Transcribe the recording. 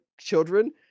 children